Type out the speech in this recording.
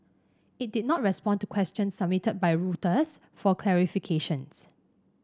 it did not respond to questions submitted by Reuters for clarification